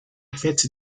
effet